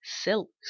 silks